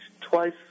twice